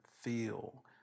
feel